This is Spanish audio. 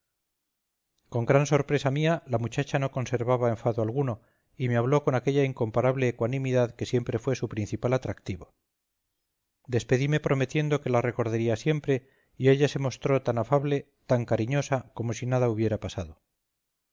con gran sorpresa mía la muchacha no conservaba enfado alguno y me habló con aquella incomparable ecuanimidad que siempre fue su principal atractivo despedime prometiendo que la recordaría siempre y ella se mostró tan afable tan cariñosa como si nada hubiera pasado